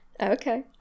Okay